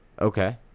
Okay